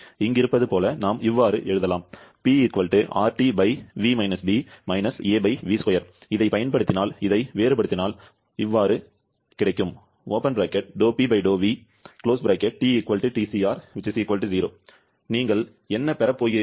இங்கிருந்து போல நாம் எழுதலாம் இதைப் பயன்படுத்தினால் இதை வேறுபடுத்தினால் நீங்கள் என்ன பெறப் போகிறீர்கள்